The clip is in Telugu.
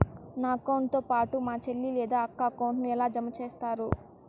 నా అకౌంట్ తో పాటు మా చెల్లి లేదా అక్క అకౌంట్ ను ఎలా జామ సేస్తారు?